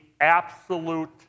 absolute